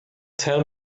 tell